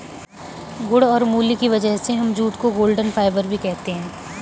गुण और मूल्य की वजह से हम जूट को गोल्डन फाइबर भी कहते है